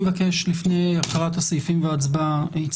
לפני הקראת הסעיפים וההצבעה עליהם.